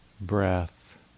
breath